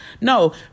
No